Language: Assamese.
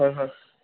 হয় হয়